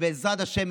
ובעזרת השם,